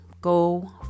go